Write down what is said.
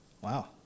Wow